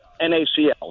NaCl